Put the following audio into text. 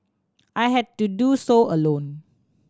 I had to do so alone